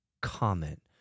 comment